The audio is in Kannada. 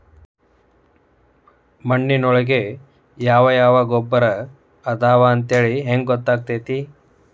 ಮಣ್ಣಿನೊಳಗೆ ಯಾವ ಯಾವ ಗೊಬ್ಬರ ಅದಾವ ಅಂತೇಳಿ ಹೆಂಗ್ ಗೊತ್ತಾಗುತ್ತೆ?